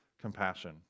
compassion